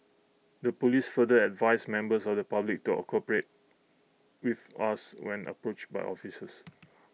the Police further advised members of the public to A cooperate with us when approached by officers